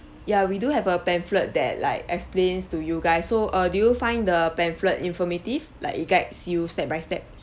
ya we do have a pamphlet that like explains to you guys so err do you find the pamphlet informative like it guides you step by step